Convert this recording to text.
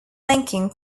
linking